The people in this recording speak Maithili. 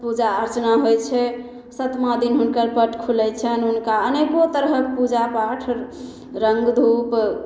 पूजा अर्चना होइ छै सतमा दिन हुनकर पट खुलय छनि हुनका अनेको तरहक पूजापाठ रङ्ग धूप